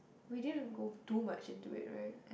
we didn't go do much into it right